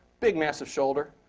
big, massive shoulder.